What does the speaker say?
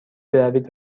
بروید